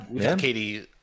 Katie